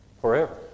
forever